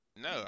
No